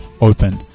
Open